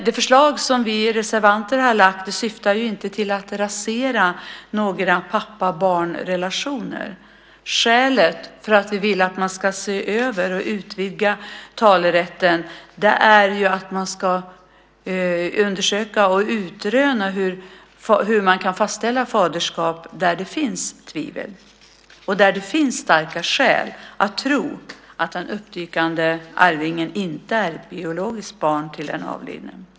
Det förslag som vi reservanter lagt fram syftar emellertid inte till att rasera några pappa-barn-relationer. Skälet till att vi vill se över och utvidga talerätten är att man ska undersöka och utröna hur faderskap kan fastställas när det finns tvivel och starka skäl att tro att den uppdykande arvingen inte är ett biologiskt barn till den avlidne.